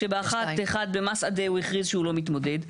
שבאחת, במסעדה, הוא הכריז שהוא לא מתמודד.